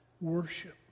worship